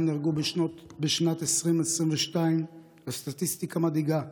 נהרגו בשנת 2022. הסטטיסטיקה מדאיגה,